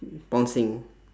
bouncing